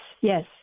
yes